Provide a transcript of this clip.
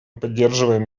поддерживаем